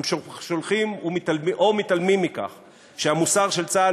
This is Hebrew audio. הם שוכחים או מתעלמים מכך שהמוסר של צה"ל